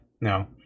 no